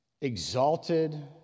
exalted